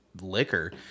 liquor